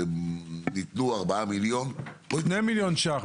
שניתנו ארבעה מיליון -- שני מיליון ש"ח.